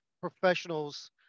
professionals